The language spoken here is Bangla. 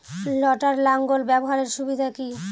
লটার লাঙ্গল ব্যবহারের সুবিধা কি?